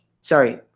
sorry